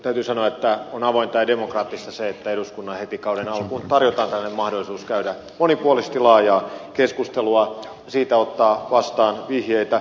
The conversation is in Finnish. täytyy sanoa että on avointa ja demokraattista se että eduskunnalle heti kauden alkuun tarjotaan tällainen mahdollisuus käydä monipuolisesti laajaa keskustelua ja siitä ottaa vastaan vihjeitä